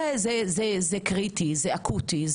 זה אקוטי, קריטי.